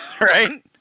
right